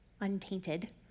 untainted